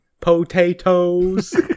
potatoes